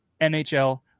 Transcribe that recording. NHL